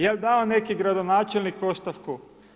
Je li dao neki gradonačelnik ostavku?